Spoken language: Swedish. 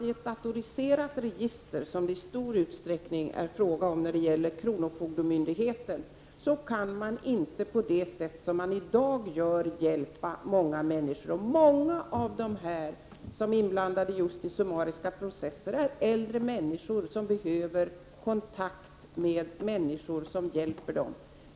Med ett datoriserat register — som det i stor utsträckning är fråga om när det gäller kronofogdemyndigheten — kan man inte hjälpa människor på det sätt som man i dag gör. Många av dem som är inblandade i summariska processer är äldre människor som behöver kontakt med personer som kan hjälpa dem.